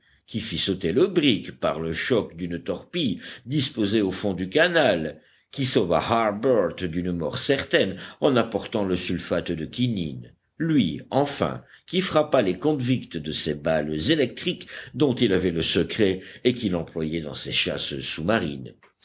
qui fit sauter le brick par le choc d'une torpille disposée au fond du canal qui sauva harbert d'une mort certaine en apportant le sulfate de quinine lui enfin qui frappa les convicts de ces balles électriques dont il avait le secret et qu'il employait dans ses chasses sous-marines